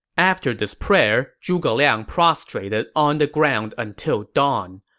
after this prayer, zhuge liang prostrated on the ground until dawn.